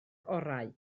orau